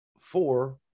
four